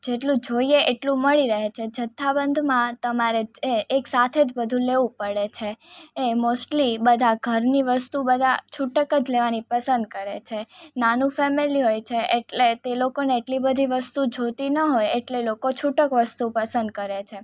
જેટલું જોઈએ એટલું મળી રહે છે જથ્થાબંધમાં તમારે એ એકસાથે જ બધુ લેવું પડે છે એ મોસ્ટલી બધા ઘરની વસ્તુ બધા છૂટક જ લેવાની પસંદ કરે છે નાનું ફેમેલી હોય છે એટલે તે લોકોને એટલી બધી વસ્તુ જોઈતી ન હોય એટલે લોકો છૂટક વસ્તુ પસંદ કરે છે